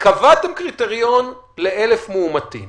קבעתם קריטריון ל-1,000 מאומתים.